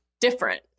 different